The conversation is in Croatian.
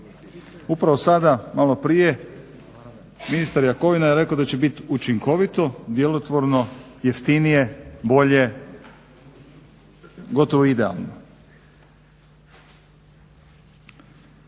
Upravo sada maloprije ministar Jakovina je rekao da će bit učinkovito, djelotvorno, jeftinije, bolje, gotovo idealno.